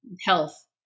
health